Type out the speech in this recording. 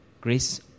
grace